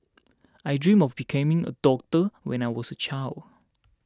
I dreamt of becoming a doctor when I was a child